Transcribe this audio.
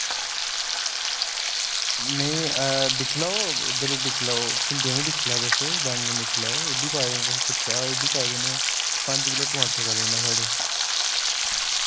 नेईं दिक्खी लाओ इद्धर दिक्खी लाओ भिंडियां वी दिक्खी लाओ तुस बैंगन दिक्खी लाओ एह् बी पाई देने तुसें पुच्छेआ एह् बी पाई दिन्नेआं पंज किल्लो टमाटर करी दिन्ना थुआढ़े